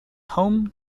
home